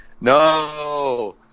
no